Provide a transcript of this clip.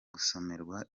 gusomerwa